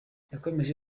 yakomeje